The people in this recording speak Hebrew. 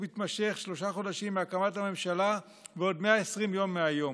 מתמשך שלושה חודשים מהקמת הממשלה ועוד 120 יום מהיום.